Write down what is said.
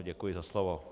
Děkuji za slovo.